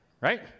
right